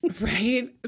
Right